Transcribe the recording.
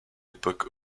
époque